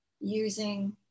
using